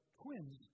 twins